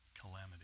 calamity